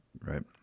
Right